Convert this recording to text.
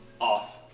off